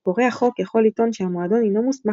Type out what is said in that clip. פורע חוק יכול לטעון שהמועדון אינו מוסמך